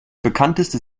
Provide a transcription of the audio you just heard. bekannteste